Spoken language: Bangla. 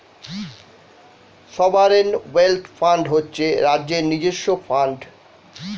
সভারেন ওয়েল্থ ফান্ড হচ্ছে রাজ্যের নিজস্ব ফান্ড